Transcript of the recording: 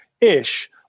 ish